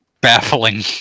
baffling